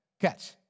Catch